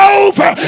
over